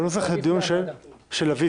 בנוסח הדיון של ה-VC?